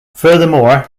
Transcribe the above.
furthermore